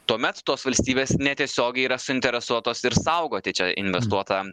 tuomet tos valstybės netiesiogiai yra suinteresuotos ir saugoti čia investuotą